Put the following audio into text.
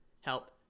help